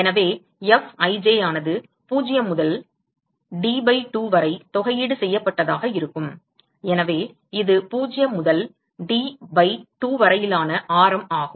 எனவே Fij ஆனது 0 முதல் D பை 2 வரை தொகையீடு செய்யப்பட்டதாக இருக்கும் எனவே இது 0 முதல் D பை 2 வரையிலான ஆரம் ஆகும்